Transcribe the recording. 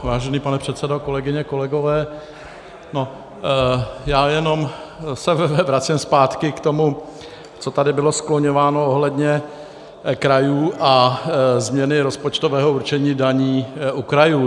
Vážený pane předsedo, kolegyně, kolegové, já jenom se vracím zpátky k tomu, co tady bylo skloňováno ohledně krajů a změny rozpočtového určení daní u krajů.